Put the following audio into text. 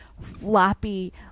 floppy